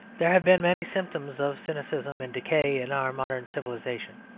there have been many symptoms of cynicism and decay in our modern civilisation.